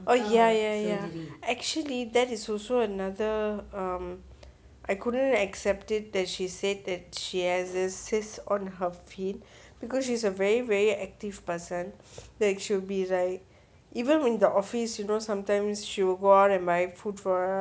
oh ya ya ya actually that is also another I couldn't accept it that she said that she has a cyst on her feet because she's a very very active person that should be like even when the office you know sometimes she will go out and buy food for us